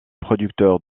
producteur